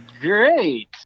great